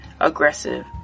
aggressive